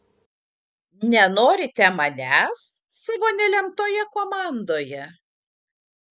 nenorite manęs savo nelemtoje komandoje